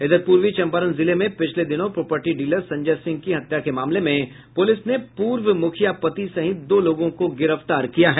इधर पूर्वी चम्पारण जिले में पिछले दिनों प्रोपर्टी डीलर संजय सिंह की हत्या के मामले में पुलिस ने पूर्व मुखिया पति सहित दो लोगों को गिरफ्तार किया है